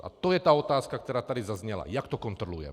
A to je ta otázka, která tady zazněla, jak to kontrolujeme.